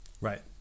right